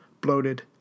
bloated